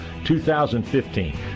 2015